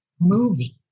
movie